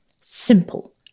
Simple